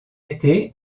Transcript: été